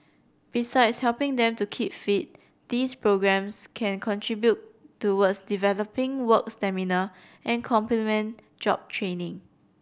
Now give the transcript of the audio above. besides helping them to keep fit these programmes can contribute towards developing work stamina and complement job training